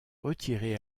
retiré